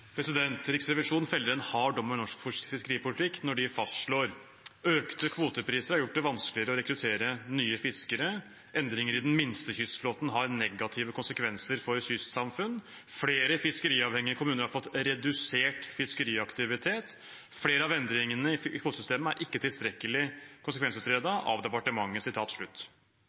Riksrevisjonen feller en hard dom over norsk fiskeripolitikk når de fastslår: «Økte kvotepriser har gjort det vanskeligere å rekruttere nye fiskere. Endringer i den minste kystflåten har negative konsekvenser for kystsamfunn. Flere fiskeriavhengige kommuner har fått redusert fiskeriaktivitet. Flere av endringene i kvotesystemet er ikke tilstrekkelig konsekvensutredet av